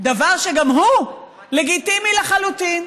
דבר שגם הוא לגיטימי לחלוטין.